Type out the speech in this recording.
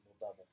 double